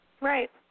Right